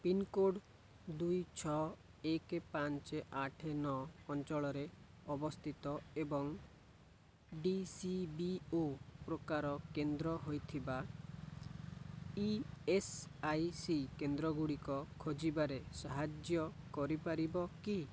pincode ଦୁଇ ଛଅ ଏକ ପାଞ୍ଚ ଆଠ ନଅ ଅଞ୍ଚଳରେ ଅବସ୍ଥିତ ଏବଂ ଡି ସି ବି ଓ ପ୍ରକାର କେନ୍ଦ୍ର ହୋଇଥିବା ଇ ଏସ୍ ଆଇ ସି କେନ୍ଦ୍ର ଗୁଡ଼ିକ ଖୋଜିବାରେ ସାହାଯ୍ୟ କରିପାରିବ କି